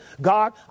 God